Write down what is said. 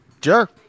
jerk